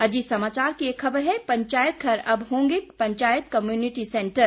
अजीत समाचार की एक खबर है पंचायत घर अब होंगे पंचायत कम्यूनिटी सैंटर